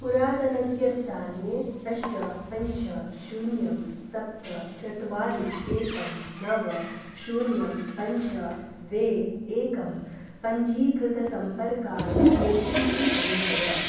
पुरातनस्य स्थाने अष्ट पञ्च शून्यं सप्त चत्वारि एकं नव शून्यं पञ्च द्वे एकं पञ्जीकृतसम्पर्काय ओ टी पि प्रेषय